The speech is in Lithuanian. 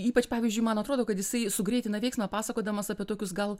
ypač pavyzdžiui man atrodo kad jisai sugreitina veiksmą pasakodamas apie tokius gal